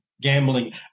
gambling